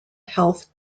health